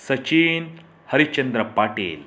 Sachin Harishchandra Patil